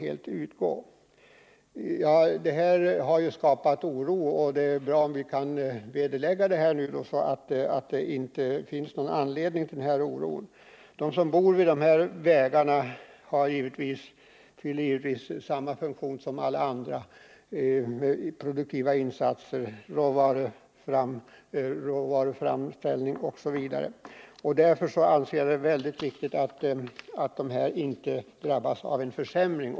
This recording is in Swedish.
Detta material har skapat farhågor, och det är bra om vi nu kan vederlägga dem och slå fast att det inte finns anledning till oro. De som bor vid de här vägarna fyller givetvis samma funktion som alla andra med produktiva insatser, råvaruframställning osv., och därför anser jag att det är väldigt viktigt att de inte drabbas av en försämring.